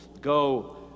Go